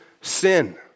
sin